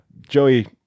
Joey